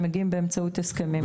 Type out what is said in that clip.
שמגיעים באמצעות ההסכמים.